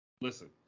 listen